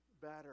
better